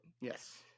Yes